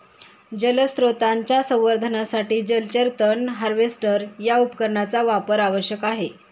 जलस्रोतांच्या संवर्धनासाठी जलचर तण हार्वेस्टर या उपकरणाचा वापर आवश्यक आहे